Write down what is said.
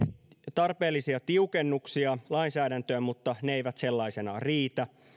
tarpeellisia tiukennuksia lainsäädäntöön mutta ne eivät sellaisenaan riitä